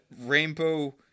rainbow